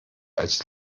als